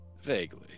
Vaguely